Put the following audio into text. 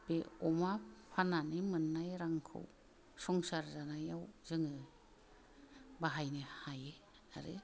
बे अमा फान्नानै मोन्नाय रांखौ संसार जानायाव जोङो बाहायनो हायो आरो